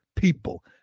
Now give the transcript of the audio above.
people